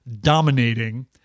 dominating